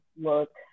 look